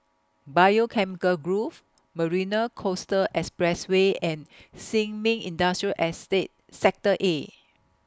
Biochemical Grove Marina Coastal Expressway and Sin Ming Industrial Estate Sector A